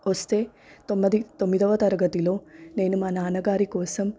వస్తే తొమ్మది తొమ్మిదవ తరగతిలో నేను మా నాన్నగారి కోసం